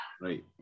Right